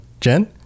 jen